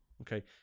Okay